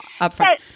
upfront